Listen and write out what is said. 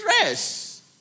rest